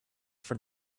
for